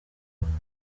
rwanda